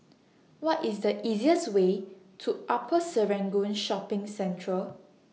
What IS The easiest Way to Upper Serangoon Shopping Centre